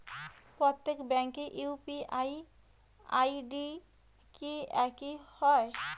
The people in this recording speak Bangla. প্রত্যেক ব্যাংকের ইউ.পি.আই আই.ডি কি একই হয়?